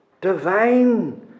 divine